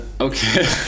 okay